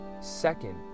Second